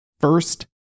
first